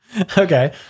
Okay